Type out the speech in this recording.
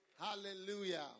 Hallelujah